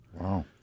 Wow